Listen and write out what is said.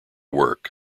work